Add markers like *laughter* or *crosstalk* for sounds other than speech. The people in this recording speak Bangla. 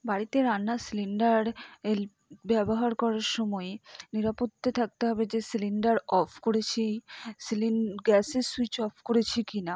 বাড়িতে রান্নার সিলিন্ডার *unintelligible* ব্যবহার করার সময়ে নিরাপত্তা থাকতে হবে যে সিলিন্ডার অফ করেছি *unintelligible* গ্যাসের সুইচ অফ করেছি কি না